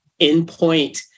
Endpoint